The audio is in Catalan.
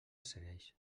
segueix